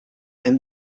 and